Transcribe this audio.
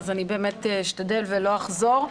אז אני באמת אשתדל ולא אחזור.